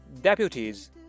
Deputies